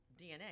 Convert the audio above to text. DNA